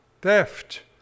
theft